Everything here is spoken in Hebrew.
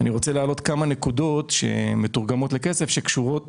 אני רוצה להעלות כמה נקודות שמתורגמות לכסף שקשורות